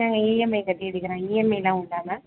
நாங்கள் இஎம்ஐ கட்டி எடுக்ககிறேன் இஎம்ஐலாம் உண்டா மேம்